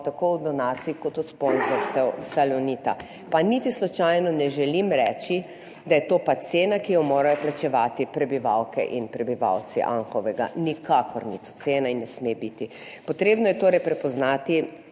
tako od donacij kot od sponzorstev Salonita. Pa niti slučajno ne želim reči, da je to pač cena, ki jo morajo plačevati prebivalke in prebivalci Anhovega. Nikakor ni to cena in ne sme biti. Potrebno je torej prepoznati